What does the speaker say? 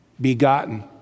begotten